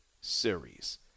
Series